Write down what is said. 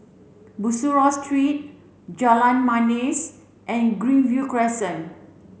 Bussorah Street Jalan Manis and Greenview Crescent